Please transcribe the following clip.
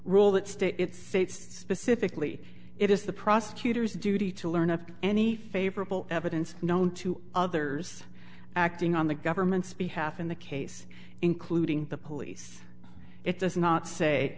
rule that state it's specifically it is the prosecutor's duty to learn of any favorable evidence known to others acting on the government's behalf in the case including the police it does not say